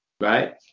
Right